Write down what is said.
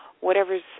whatever's